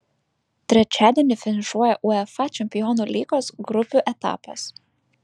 trečiadienį finišuoja uefa čempionų lygos grupių etapas